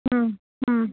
ಹ್ಞೂ ಹ್ಞೂ